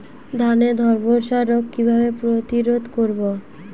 ধানে ধ্বসা রোগ কিভাবে প্রতিরোধ করব?